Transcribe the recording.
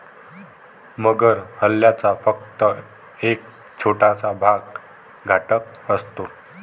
मगर हल्ल्याचा फक्त एक छोटासा भाग घातक असतो